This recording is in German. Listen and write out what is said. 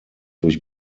durch